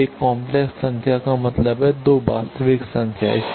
तो एक काम्प्लेक्स संख्या का मतलब 2 वास्तविक संख्या है